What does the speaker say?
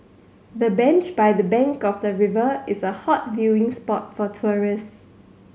the bench by the bank of the river is a hot viewing spot for tourists